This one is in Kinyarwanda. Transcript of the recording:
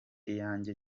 iyanjye